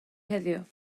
heddiw